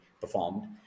performed